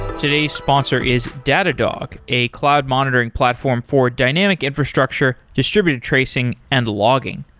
today's sponsor is datadog, a cloud monitoring platform for dynamic infrastructure, distributed tracing and logging.